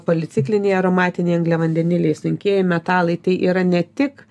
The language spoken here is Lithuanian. policikliniai aromatiniai angliavandeniliai sunkieji metalai tai yra ne tik